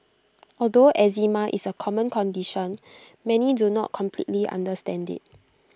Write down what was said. although eczema is A common condition many do not completely understand IT